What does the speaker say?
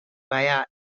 via